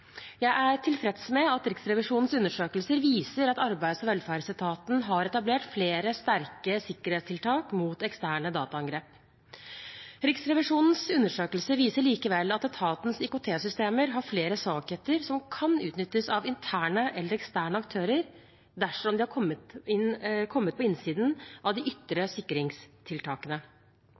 Jeg er tilfreds med at Riksrevisjonens undersøkelser viser at arbeids- og velferdsetaten har etablert flere sterke sikkerhetstiltak mot eksterne dataangrep. Riksrevisjonens undersøkelse viser likevel at etatens IKT-systemer har flere svakheter som kan utnyttes av interne eller eksterne aktører dersom de har kommet på innsiden av de ytre sikringstiltakene.